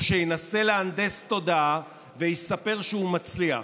שינסה להנדס תודעה ויספר שהוא מצליח.